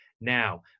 Now